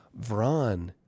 Vron